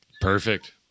Perfect